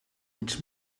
iets